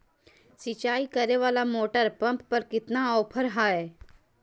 सिंचाई करे वाला मोटर पंप पर कितना ऑफर हाय?